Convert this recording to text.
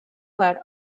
led